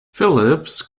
phillips